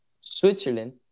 Switzerland